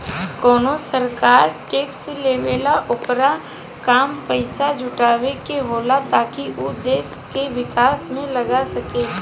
कवनो सरकार टैक्स लेवेला ओकर काम पइसा जुटावे के होला ताकि उ देश के विकास में लगा सके